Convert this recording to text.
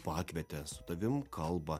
pakvietė su tavim kalba